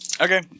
Okay